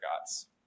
gods